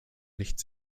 licht